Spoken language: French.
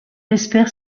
espère